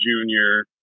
junior